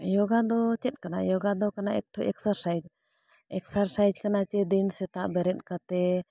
ᱭᱳᱜᱟ ᱫᱚ ᱪᱮᱫ ᱠᱟᱱᱟ ᱭᱳᱜᱟ ᱫᱚ ᱠᱟᱱᱟ ᱮᱠᱴᱩ ᱮᱠᱥᱟᱨᱥᱟᱭᱤᱡᱽ ᱮᱠᱥᱟᱨᱥᱟᱭᱤᱡᱽ ᱠᱟᱱᱟ ᱥᱮ ᱫᱤᱱ ᱥᱮᱛᱟᱜ ᱵᱮᱨᱮᱫ ᱠᱟᱛᱮᱫ